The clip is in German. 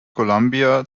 columbia